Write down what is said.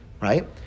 Right